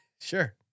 Sure